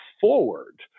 forward